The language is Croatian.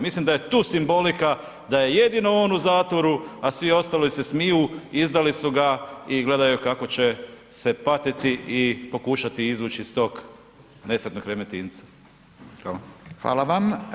Mislim da je tu simbolika da je jedino on u zatvoru, a svi ostali se smiju i izdali su ga i gledaju kako će se patiti i pokušati izvući iz tog nesretnog Remetinca.